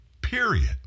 period